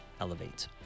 elevate